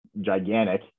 gigantic